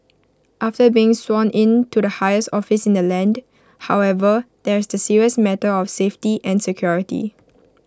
after being sworn in to the highest office in the land however there's the serious matter of safety and security